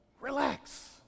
Relax